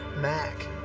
Mac